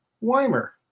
Weimer